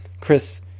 chris